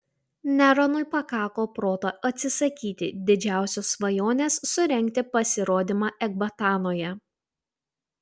neronui pakako proto atsisakyti didžiausios svajonės surengti pasirodymą ekbatanoje